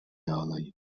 yağlayın